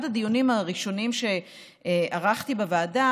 אחד הדיונים הראשונים שערכתי בוועדה